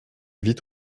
vite